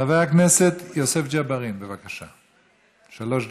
חבר הכנסת יוסף ג'בארין, בבקשה, שלוש דקות.